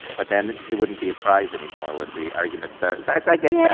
but then it wouldn't be a prize anymore was the argument, so, so i get that.